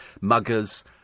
muggers